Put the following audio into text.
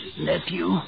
nephew